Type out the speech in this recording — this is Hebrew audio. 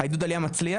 העידוד עלייה מצליח,